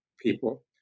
people